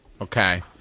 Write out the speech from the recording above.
Okay